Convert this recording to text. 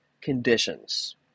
conditions